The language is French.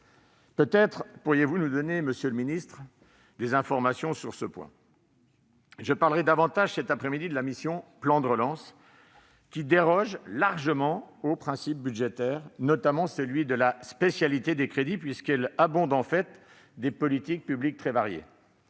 Peut-être pourriez-vous, monsieur le ministre, nous donner des informations sur ce point. Je parlerai davantage, cet après-midi, de la mission « Plan de relance », qui déroge largement aux principes budgétaires, notamment à celui de la spécialité des crédits, puisqu'elle abonde des politiques publiques très variées.